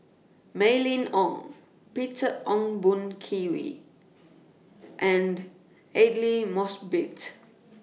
Mylene Ong Peter Ong Boon Kwee and Aidli Mosbit